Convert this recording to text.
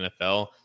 NFL